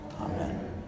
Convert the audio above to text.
Amen